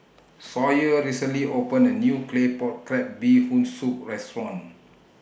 Sawyer recently opened A New Claypot Crab Bee Hoon Soup Restaurant